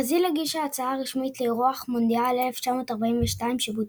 ברזיל הגישה הצעה רשמית לאירוח מונדיאל 1942 שבוטל.